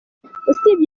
usibye